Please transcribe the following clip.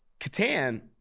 Catan